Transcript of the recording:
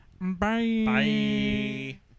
Bye